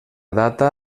data